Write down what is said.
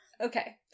Okay